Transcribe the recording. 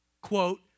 quote